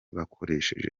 bakoresheje